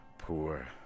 Poor